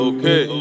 Okay